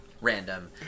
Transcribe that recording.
random